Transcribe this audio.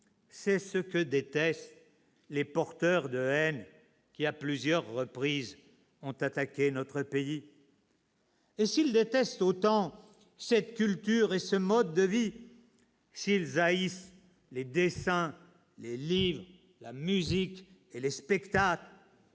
C'est ce que détestent les porteurs de haine qui, à plusieurs reprises, ont attaqué notre pays. « Et s'ils détestent autant cette culture et ce mode de vie, s'ils haïssent les dessins, les livres, la musique et les spectacles,